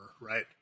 right